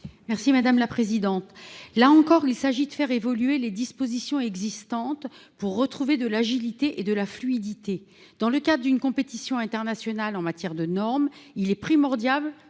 Merci madame la présidente, là encore, il s'agit de faire évoluer les dispositions existantes pour retrouver de l'agilité et de la fluidité dans le cadre d'une compétition internationale en matière de normes, il est primordial